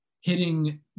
hitting